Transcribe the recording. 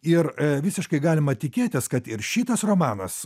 ir visiškai galima tikėtis kad ir šitas romanas